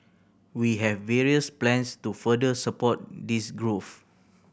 we have various plans to further support this growth